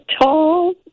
tall